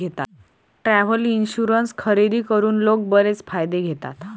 travel insurance खरेदी करून लोक बरेच फायदे घेतात